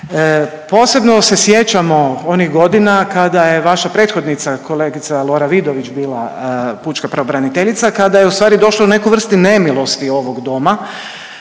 Posebno se sjećamo onih godina kada je vaša prethodnica kolegica Lora Vidović bila pučka pravobraniteljica, kada je ustvari došla u neku vrst nemilosti ovog doma,